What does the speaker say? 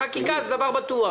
חקיקה זה דבר בטוח.